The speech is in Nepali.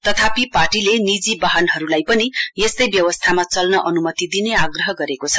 तथापि पार्टीले निजी वाहनहरूलाई पनि यस्तै व्यवस्थामा चल्न अनुमति दिने आग्रह गरेको छ